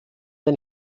den